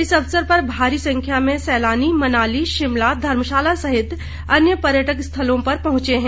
इस अवसर पर भारी संख्या में सैलानी मनाली शिमला धर्मशाला सहित अन्य पर्यटक स्थलों पर पहुंचे हैं